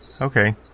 okay